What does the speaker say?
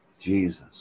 Jesus